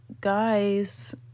guys